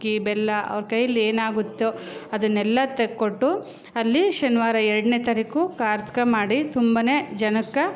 ಅಕ್ಕಿ ಬೆಲ್ಲ ಅವ್ರ ಕೈಲಿ ಏನಾಗುತ್ತೋ ಅದನ್ನೆಲ್ಲ ತೆಕ್ಕೊಟ್ಟು ಅಲ್ಲಿ ಶನಿವಾರ ಎರಡ್ನೇ ತಾರೀಕು ಕಾರ್ತಿಕ ಮಾಡಿ ತುಂಬನೇ ಜನಕ್ಕೆ